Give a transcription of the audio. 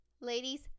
Ladies